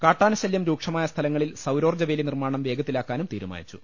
കാട്ടാനശല്യം രൂക്ഷമായ സ്ഥലങ്ങളിൽ സൌരോർജ്ജ വേലി നിർമാണം വേഗത്തിലാക്കാനും തീരുമാനിച്ചു